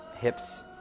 hips